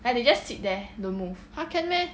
!huh! can meh